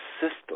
system